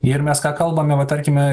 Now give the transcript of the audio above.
ir mes ką kalbame va tarkime